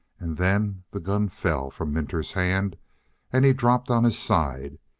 and then the gun fell from minter's hand and he dropped on his side.